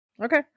Okay